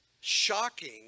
shocking